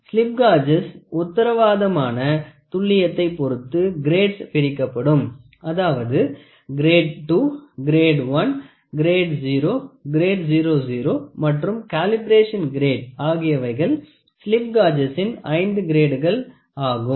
slip gauges உத்தரவாதமான துல்லியத்தை பொருத்து கிரேட்ஸ் பிரிக்கப்படும் அதாவது கிரேட் 2 கிரேட் 1 கிரேட் 0 கிரேட் 00 மற்றும் காலிபெரேஷன் கிரேட் ஆகியவைகள் ஸ்லிப் காஜஸின் ஐந்து கிரேடுகள் ஆகும்